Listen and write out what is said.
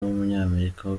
w’umunyamerika